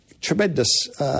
tremendous